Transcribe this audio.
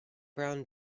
brown